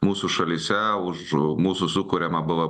mūsų šalyse už mūsų sukuriamą bvp